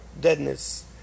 deadness